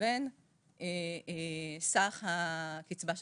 לבין סך הקצבה שתשולם.